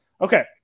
Okay